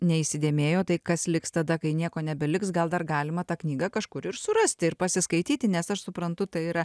neįsidėmėjo tai kas liks tada kai nieko nebeliks gal dar galima tą knygą kažkur ir surasti ir pasiskaityti nes aš suprantu tai yra